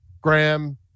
Graham